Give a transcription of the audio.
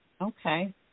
Okay